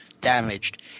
damaged